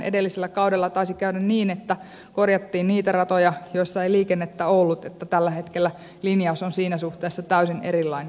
edellisellä kaudella taisi käydä niin että korjattiin niitä ratoja joilla ei liikennettä ollut niin että tällä hetkellä linjaus on siinä suhteessa täysin erilainen